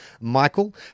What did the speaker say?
michael